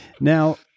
now